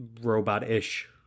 robot-ish